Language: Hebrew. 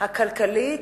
הכלכלית,